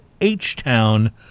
H-Town